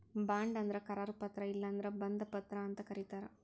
bond ಅಂದ್ರ ಕರಾರು ಪತ್ರ ಇಲ್ಲಂದ್ರ ಬಂಧ ಪತ್ರ ಅಂತ್ ಕರಿತಾರ್